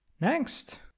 Next